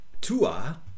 tua